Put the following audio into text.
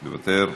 מוותר,